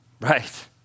Right